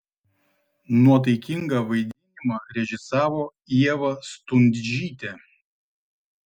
nuotaikingą vaidinimą režisavo ieva stundžytė